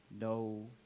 no